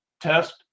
test